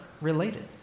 related